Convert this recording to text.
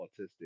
autistic